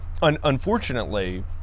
unfortunately